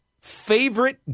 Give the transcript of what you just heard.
favorite